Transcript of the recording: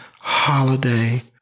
holiday